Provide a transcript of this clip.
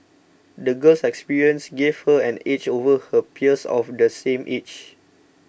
the girl's experiences gave her an edge over her peers of the same age